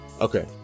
Okay